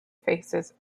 faces